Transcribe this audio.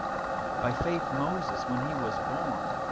by faith moses, when he was born,